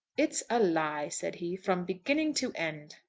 it's a lie, said he, from beginning to end.